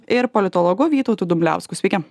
ir politologu vytautu dumbliausku sveiki